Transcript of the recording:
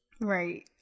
Right